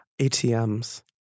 ATMs